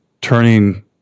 turning